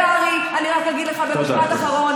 קרעי, אני רק אגיד לך במשפט אחרון.